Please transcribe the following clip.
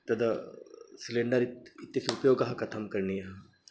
तद् सिलिण्डर् इति इत्यस्य उपयोगः कथं करणीयः